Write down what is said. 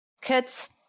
kids